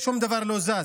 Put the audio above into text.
שום דבר לא זז.